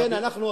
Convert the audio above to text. לכן אנחנו,